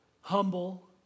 Humble